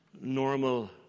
normal